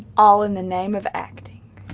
all in the name of acting.